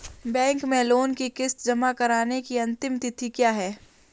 Bank में loan की किश्त जमा कराने की अंतिम तिथि क्या है?